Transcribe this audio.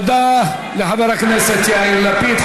תודה לחבר הכנסת יאיר לפיד.